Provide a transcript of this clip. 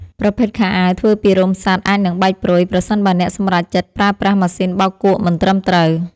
ប្រភេទខោអាវធ្វើពីរោមសត្វអាចនឹងបែកព្រុយប្រសិនបើអ្នកសម្រេចចិត្តប្រើប្រាស់ម៉ាស៊ីនបោកគក់មិនត្រឹមត្រូវ។